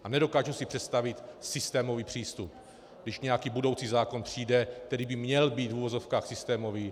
A nedokážu si představit systémový přístup, když nějaký budoucí zákon přijde, který by měl být v uvozovkách systémový.